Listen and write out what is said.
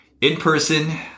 in-person